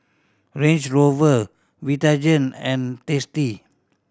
Range Rover Vitagen and Tasty